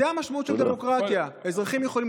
זו המשמעות של דמוקרטיה: אזרחים יכולים